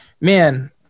Man